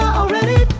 already